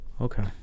Okay